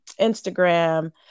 Instagram